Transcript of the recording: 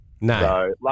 no